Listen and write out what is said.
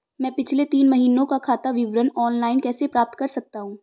मैं पिछले तीन महीनों का खाता विवरण ऑनलाइन कैसे प्राप्त कर सकता हूं?